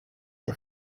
the